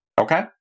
Okay